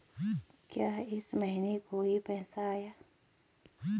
क्या इस महीने कोई पैसा आया है?